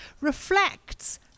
reflects